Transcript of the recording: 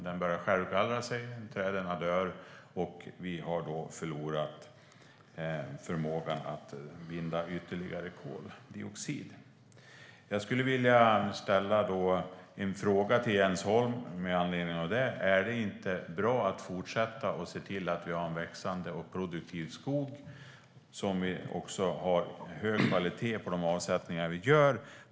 Den börjar självgallra sig, träden dör och vi har då förlorat förmågan att binda ytterligare koldioxid. Jag vill ställa en fråga till Jens Holm med anledning av detta: Är det inte bra att fortsätta att se till att vi har en växande och produktiv skog där vi har en hög kvalitet på de avsättningar vi gör?